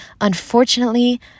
unfortunately